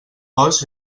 bosc